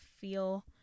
feel